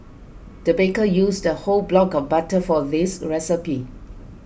the baker used a whole block of butter for this recipe